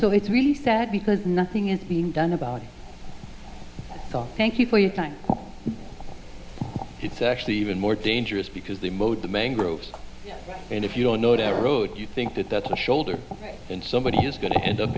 so it's really sad because nothing is being done about it thank you for your time it's actually even more dangerous because they mowed the mangroves and if you don't know the road you think that that's a shoulder and somebody is going to end up